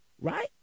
right